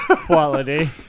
quality